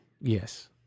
Yes